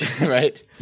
right